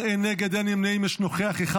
בעד, 16, אין נגד, אין נמנעים, יש נוכח אחד.